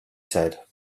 said